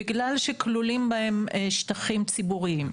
בגלל שכלולים בהן שטחים ציבוריים.